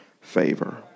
Favor